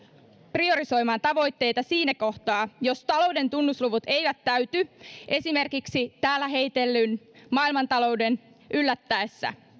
priorisoimaan tavoitteita siinä kohtaa jos talouden tunnusluvut eivät täyty esimerkiksi täällä heitellyn maailmantalouden yllättäessä